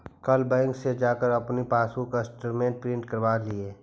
कल बैंक से जाकर अपनी पासबुक स्टेटमेंट प्रिन्ट करवा लियह